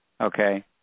okay